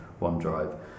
OneDrive